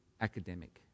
academic